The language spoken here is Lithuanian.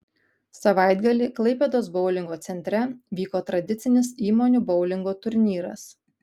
savaitgalį klaipėdos boulingo centre vyko tradicinis įmonių boulingo turnyras